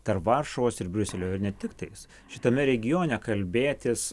tarp varšuvos ir briuselio ir ne tiktais šitame regione kalbėtis